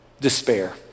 despair